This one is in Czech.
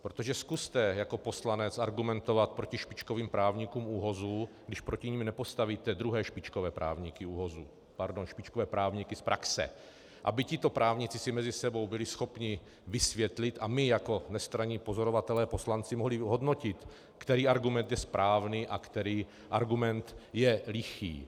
Protože zkuste jako poslanec argumentovat proti špičkovým právníkům ÚOHS, když proti nim nepostavíte druhé špičkové právníky ÚOHS, pardon, špičkové právníky z praxe, aby si tito právníci mezi sebou byli schopni vysvětlit a my jako nestranní pozorovatelé poslanci mohli hodnotit, který argument je správný a který argument je lichý.